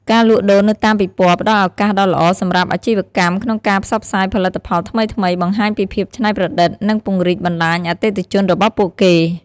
ការលក់ដូរនៅតាមពិព័រណ៍ផ្ដល់ឱកាសដ៏ល្អសម្រាប់អាជីវកម្មក្នុងការផ្សព្វផ្សាយផលិតផលថ្មីៗ បង្ហាញពីភាពច្នៃប្រឌិត និងពង្រីកបណ្ដាញអតិថិជនរបស់ពួកគេ។